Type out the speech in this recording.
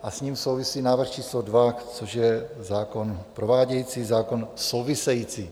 A s ním souvisí návrh číslo 2, což je zákon provádějící, zákon související.